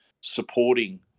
supporting